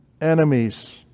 enemies